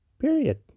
Period